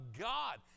God